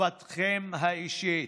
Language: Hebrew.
לטובתכם האישית.